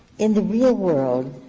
in the real world,